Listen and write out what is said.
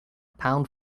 pound